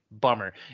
bummer